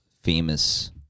famous